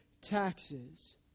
taxes